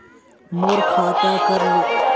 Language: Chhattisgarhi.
मोर खाता कर लेन देन कइसे पता चलही?